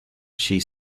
she